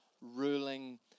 ruling